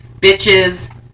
Bitches